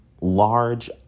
large